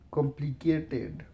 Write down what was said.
Complicated